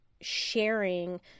sharing